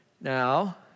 now